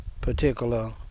particular